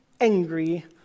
angry